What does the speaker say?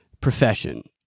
profession